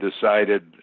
decided